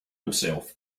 himself